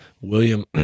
William